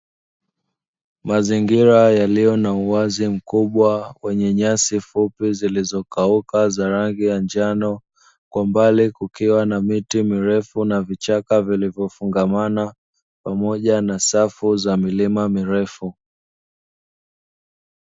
Mazingira yaliyo na uwazi mkubwa wenye nyasi fupi, zilizokauka za rangi ya njano, kwa mbali kukiwa na miti mirefu na vichaka vilivyofungamana pamoja na safu za milima mirefu.